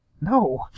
No